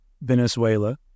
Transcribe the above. Venezuela